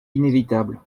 inévitable